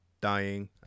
dying